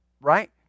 Right